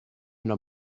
una